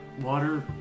water